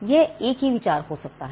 यह एक ही विचार हो सकता है